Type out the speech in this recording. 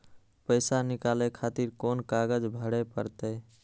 पैसा नीकाले खातिर कोन कागज भरे परतें?